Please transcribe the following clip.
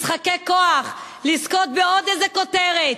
משחקי כוח לזכות בעוד איזו כותרת,